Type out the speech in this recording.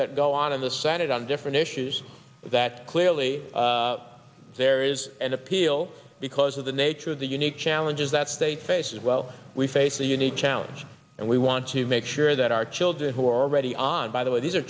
that go on in the senate on different issues that clearly there is an appeal because of the nature of the unique challenges that state faces well we face a unique challenge and we want to make sure that our children who are already on and by the way these are